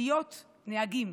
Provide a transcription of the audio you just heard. להיות נהגים.